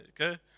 Okay